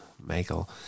Michael